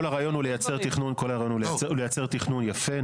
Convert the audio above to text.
כל הרעיון הוא לייצר תכנון יפה,